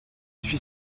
suis